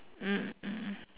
mm mm mm